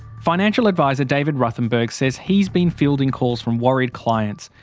financial adviser david ruthenberg says he's been fielding calls from worried clients.